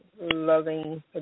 loving